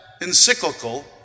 encyclical